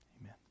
amen